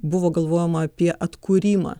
buvo galvojama apie atkūrimą